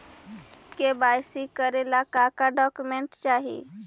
KYC करे ला का का डॉक्यूमेंट चाही?